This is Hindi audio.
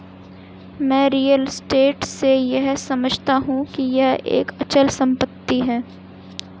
मैं रियल स्टेट से यह समझता हूं कि यह एक अचल संपत्ति है